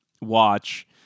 watch